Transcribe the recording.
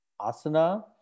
Asana